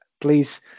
please